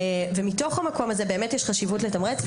מתוך המקום הזה באמת יש חשיבות לתמרץ.